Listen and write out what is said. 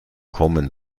kommen